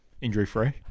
injury-free